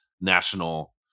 national